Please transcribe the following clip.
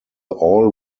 all